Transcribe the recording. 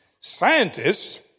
scientists